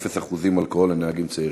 אפס אחוזי אלכוהול לנהגים צעירים.